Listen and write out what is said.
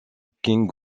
king